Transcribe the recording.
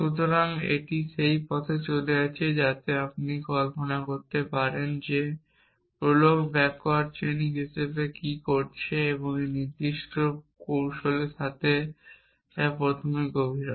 সুতরাং এটি সেই পথে চলে যাচ্ছে যাতে আপনি কল্পনা করতে পারেন যে প্রলগ ব্যাকওয়ার্ড চেইনিং হিসাবে কী করছে এবং একটি নির্দিষ্ট কৌশলের সাথে যা প্রথমে গভীরতা